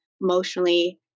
emotionally